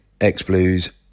X-Blues